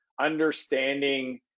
understanding